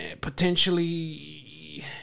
potentially